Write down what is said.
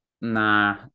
nah